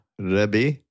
Rebbe